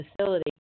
facility